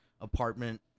apartment